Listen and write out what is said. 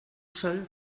sol